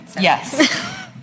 Yes